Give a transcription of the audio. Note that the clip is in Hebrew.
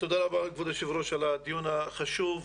תודה רבה, כבוד היושב-ראש, על הדיון החשוב.